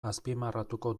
azpimarratuko